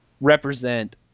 represent